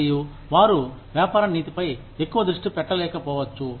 మరియు వారు వ్యాపార నీతిపై ఎక్కువ దృష్టి పెట్టలేక పోవచ్చు